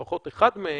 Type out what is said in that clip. לפחות אחד מהם,